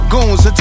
Goons